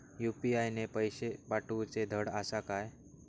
UPI ने पैशे पाठवूचे धड आसा काय?